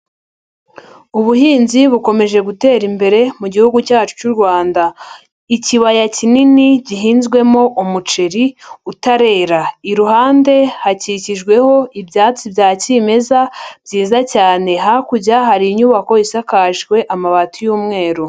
Ubuhinzi bukomeje gutera imbere mu gihugu cyacu cy'u Rwanda. Ikibaya kinini gihinzwemo umuceri utarera, iruhande hakikijweho ibyatsi bya kimeza, byiza cyane, hakurya hari inyubako isakajwe amabati y'umweru.